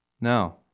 Now